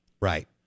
Right